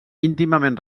íntimament